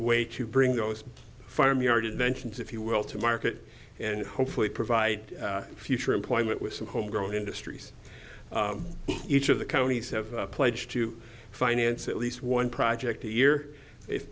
way to bring those farm yard inventions if you will to market and hopefully provide future employment with some home grown industries each of the counties have pledged to finance at least one project a year